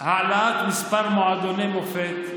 העלאת מספר מועדוני מופת,